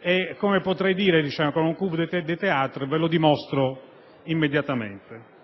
e, come potrei dire con un *coup de théâtre,* ve lo dimostro immediatamente.